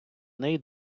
неї